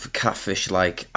catfish-like